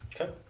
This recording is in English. Okay